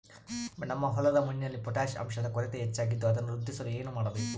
ನಮ್ಮ ಹೊಲದ ಮಣ್ಣಿನಲ್ಲಿ ಪೊಟ್ಯಾಷ್ ಅಂಶದ ಕೊರತೆ ಹೆಚ್ಚಾಗಿದ್ದು ಅದನ್ನು ವೃದ್ಧಿಸಲು ಏನು ಮಾಡಬೇಕು?